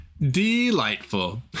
Delightful